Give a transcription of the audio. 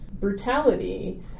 brutality